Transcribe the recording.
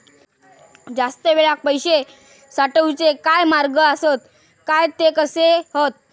जास्त वेळाक पैशे साठवूचे काय मार्ग आसत काय ते कसे हत?